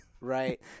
Right